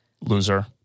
Loser